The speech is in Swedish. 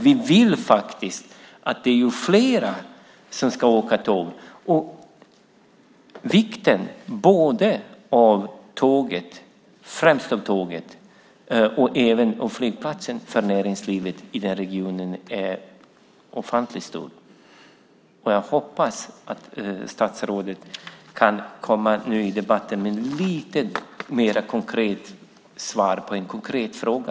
Vi vill att fler ska åka tåg. Vikten av främst tåget men även flygplatsen för näringslivet i regionen är ofantligt stor. Jag hoppas att statsrådet i debatten kan komma med ett lite mer konkret svar på en konkret fråga.